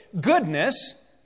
goodness